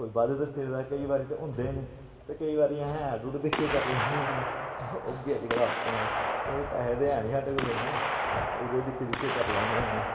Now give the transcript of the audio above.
कोई बद्ध दस्सी ओड़दा केईं बारी ते होंदे निं ते केईं बारी असें ऐड हूड करियै दिक्खी लैन्ने होन्ने ओह् बी अज्जकल आप्शन ऐ क्योंकि पैहे ते ऐ निं साढ़े कोल इन्ने ते ओह्दे दिक्खी दुक्खियै करी लैन्ने होन्ने